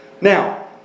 Now